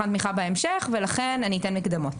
תמיכה בהמשך ולכן הוא ייתן מקדמות.